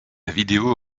vidéo